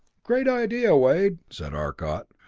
great idea, wade, said arcot.